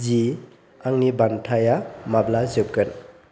जि आंनि बान्थाया माब्ला जोबगोन